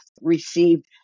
received